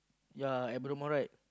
yea at Bedok-Mall right